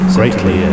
greatly